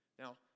Now